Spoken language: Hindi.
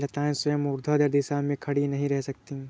लताएं स्वयं ऊर्ध्वाधर दिशा में खड़ी नहीं रह सकती